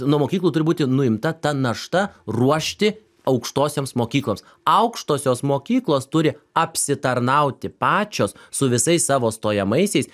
nuo mokyklų turi būti nuimta ta našta ruošti aukštosioms mokykloms aukštosios mokyklos turi apsitarnauti pačios su visais savo stojamaisiais